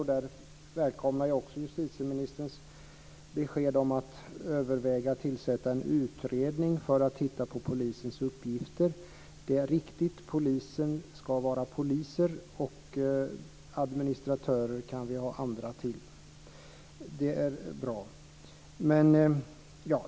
Jag välkomnar också justitieministerns besked om att överväga att tillsätta en utredning för att titta på polisens uppgifter. Det är riktigt att poliser ska vara poliser - administrera kan andra göra. Det är bra.